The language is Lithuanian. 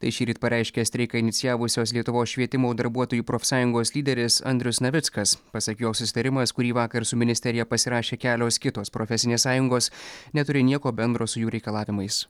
tai šįryt pareiškė streiką inicijavusios lietuvos švietimo darbuotojų profsąjungos lyderis andrius navickas pasak jo susitarimas kurį vakar su ministerija pasirašė kelios kitos profesinės sąjungos neturi nieko bendro su jų reikalavimais